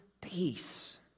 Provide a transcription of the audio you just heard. peace